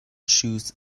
shoes